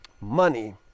Money